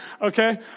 okay